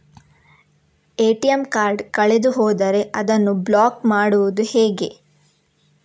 ATM card ಕಳೆದು ಹೋದರೆ ಅದನ್ನು ಬ್ಲಾಕ್ ಮಾಡುವುದು ಹೇಗೆ?